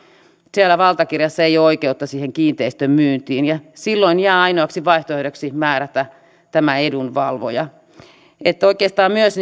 siellä valtakirjassa ei ole oikeutta siihen kiinteistön myyntiin ja silloin jää ainoaksi vaihtoehdoksi määrätä tämä edunvalvoja oikeastaan myös